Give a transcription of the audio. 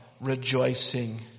rejoicing